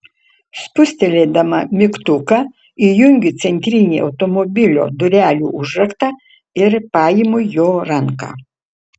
spustelėdama mygtuką įjungiu centrinį automobilio durelių užraktą ir paimu jo ranką